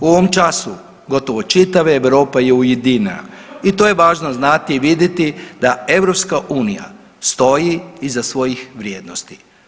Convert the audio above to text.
U ovom času gotovo čitava Europa je ujedinjena i to je važno znati i vidjeti da EU stoji iza svojih vrijednosti.